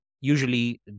usually